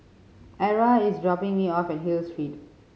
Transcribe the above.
Ara is dropping me off at Hill Street